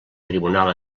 tribunal